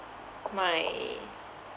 my